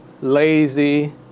lazy